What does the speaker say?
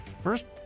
first